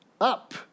Up